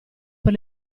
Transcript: per